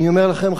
אני אומר לכם,